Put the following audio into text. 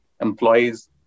employees